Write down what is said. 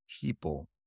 people